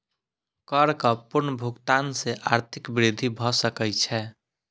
करक पूर्ण भुगतान सॅ आर्थिक वृद्धि भ सकै छै